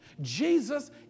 Jesus